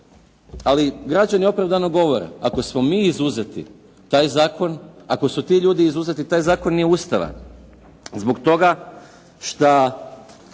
Ali građani opravdano govore, ako smo mi izuzeti taj zakon, ako su ti ljudi izuzeti taj zakon nije ustavan zbog toga šta